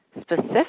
specific